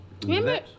Remember